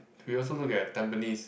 we also look at Tampines